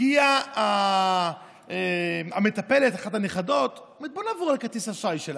הגיעה המטפלת או אחת הנכדות ואמרה: בואו נעבור על כרטיס האשראי שלה,